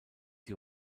die